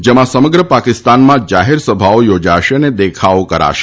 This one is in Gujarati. જેમાં સમગ્ર પાકિસ્તાનમાં જાહેરસભાઓ યોજાશે તથા દેખાવો કરાશે